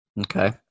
Okay